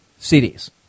CDs